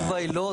התשובה היא לא,